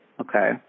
Okay